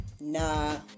nah